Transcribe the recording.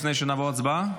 לפני שנעבור להצבעה?